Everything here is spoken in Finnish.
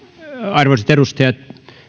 arvoisat edustajat